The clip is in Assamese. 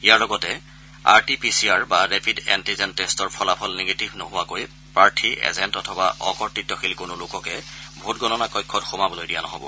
ইয়াৰ লগতে R T P C R বা ৰেপিড এণ্টিজেন টেষ্টৰ ফলাফল নিগেটিভ নোহোৱাকৈ প্ৰাৰ্থী এজেণ্ট অথবা অকৰ্তৃত্বশীল কোনো লোককে ভোটগণনা কক্ষত সোমাবলৈ দিয়া নহ'ব